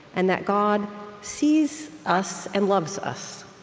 and that god sees us and loves us,